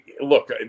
look